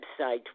website